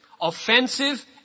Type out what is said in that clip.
offensive